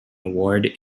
award